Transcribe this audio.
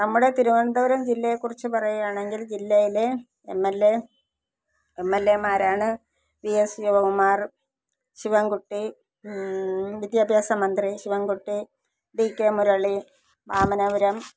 നമ്മുടെ തിരുവനന്തപുരം ജില്ലയെ കുറിച്ച് പറയുകയാണെങ്കിൽ ജില്ലയിലെ M L A M L എമാരാണ് പി എസ് ശിവകുമാർ ശിവൻകുട്ടി വിദ്യാഭ്യാസ മന്ത്രി ശിവൻകുട്ടി വി കെ മുരളി വാമനപുരം